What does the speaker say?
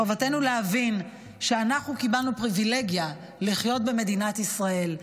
חובתנו להבין שאנחנו קיבלנו פריבילגיה לחיות במדינת ישראל.